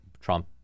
Trump